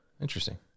Interesting